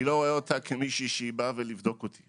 אני לא רואה אותה כמישהי שבאה לבדוק אותי,